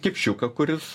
kipšiuką kuris